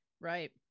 Right